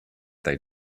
they